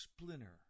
splinter